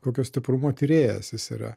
kokio stiprumo tyrėjas jis yra